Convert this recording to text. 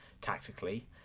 tactically